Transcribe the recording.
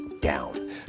down